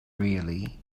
really